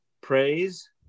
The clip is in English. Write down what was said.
Praise